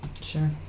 Sure